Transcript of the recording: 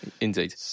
Indeed